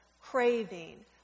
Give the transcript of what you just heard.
craving